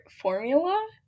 formula